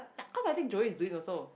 ya cause I think Joey is doing also